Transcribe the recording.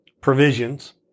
provisions